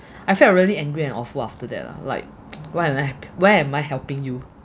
I felt really angry and awful after that lah like why am I why am I helping you